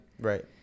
Right